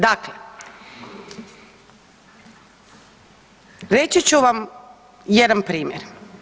Dakle, reći ću vam jedan primjer.